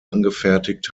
angefertigt